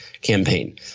campaign